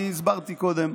אני הסברתי קודם,